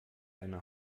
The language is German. eine